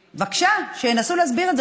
בבקשה, שינסו להסביר את זה.